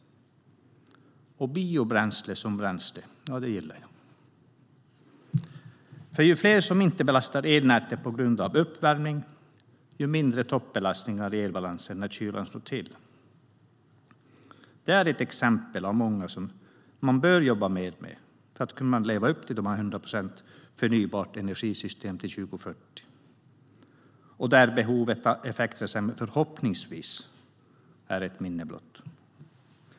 Och jag gillar biobränsle som bränsle. Ju fler som inte belastar elnätet för uppvärmning, desto mindre toppbelastningar i elbalansen blir det när kylan slår till. Det här är ett exempel av många som man bör jobba mer med för att kunna leva upp till målet om 100 procent förnybar energi till 2040. Då är behovet av en effektreserv förhoppningsvis ett minne blott.